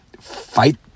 fight